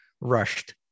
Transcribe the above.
rushed